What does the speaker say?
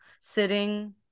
sitting